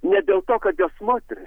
ne dėl to kad jos moterys